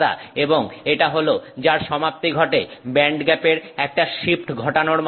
এবং এটা হল যার সমাপ্তি ঘটে ব্যান্ডগ্যাপের একটা শিফট ঘটানোর মাধ্যমে